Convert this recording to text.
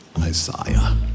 Isaiah